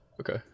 Okay